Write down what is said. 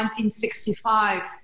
1965